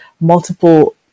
multiple